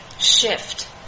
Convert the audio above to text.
shift